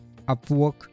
Upwork